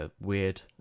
weird